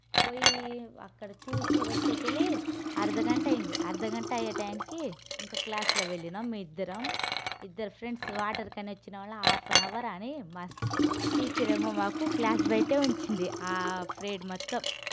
పొయ్ అక్కడ చూసి వచ్చే కెళ్ళి అర్ధ గంట అయింది అర్ధగంట అయ్యే టయానికి ఇంకా క్లాసులో వెళ్లినం ఇద్దరం ఇద్దరు ఫ్రెండ్స్ వాటర్కని వచ్చిన వాళ్ళు హాఫ్ ఆన్ అవరా అని మస్తు టీచర్ ఏమో మాకు క్లాస్ బయటే ఉంచింది ఆ పిరడ్ మొత్తం